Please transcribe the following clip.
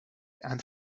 and